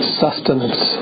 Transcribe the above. sustenance